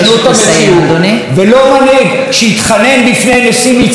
ולא מנהיג שיתחנן בפני נשיא מצרים שידבר